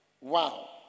Wow